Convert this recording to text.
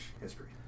history